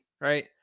right